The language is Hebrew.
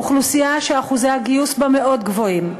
אוכלוסייה שאחוזי הגיוס בה מאוד גבוהים,